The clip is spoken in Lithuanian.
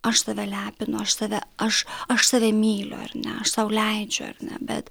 aš save lepinu aš save aš aš save myliu ar ne aš sau leidžiu ar ne bet